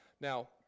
Now